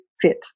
fit